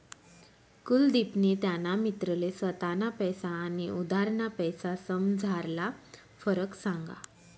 कुलदिपनी त्याना मित्रले स्वताना पैसा आनी उधारना पैसासमझारला फरक सांगा